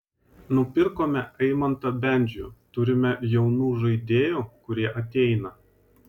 nupirkome eimantą bendžių turime jaunų žaidėjų kurie ateina